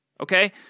Okay